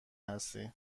هستی